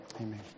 Amen